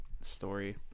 story